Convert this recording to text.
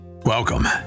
Welcome